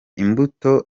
imbuto